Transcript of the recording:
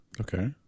Okay